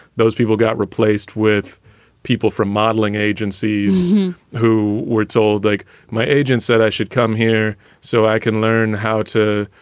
those people got replaced with people from modeling agencies who were told, like my agent said, i should come here so i can learn how to,